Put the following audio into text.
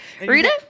Rita